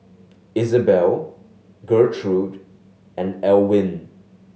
Izabelle Gertrude and Elwin